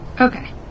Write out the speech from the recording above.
Okay